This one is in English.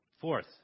Fourth